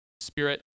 spirit